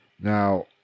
Now